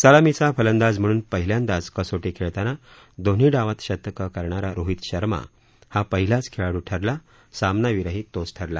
सलामीचा फलंदाज म्हणून पहिल्यांदाच कसोटी खेळताना दोन्ही डावात शतकं करणारा रोहित शर्मा हा पहिलाच खेळाडू ठरला सामनावीरही तोच ठरला